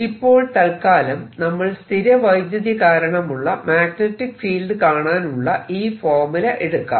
ഇപ്പോൾ തല്ക്കാലം നമ്മൾ സ്ഥിര വൈദ്യുതി കാരണമുള്ള മാഗ്നെറ്റിക് ഫീൽഡ് കാണാനുള്ള ഈ ഫോർമുല എടുക്കാം